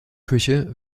küche